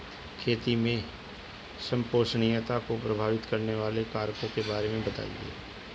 खेती में संपोषणीयता को प्रभावित करने वाले कारकों के बारे में बताइये